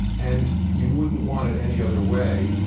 and you wouldn't want it any other way,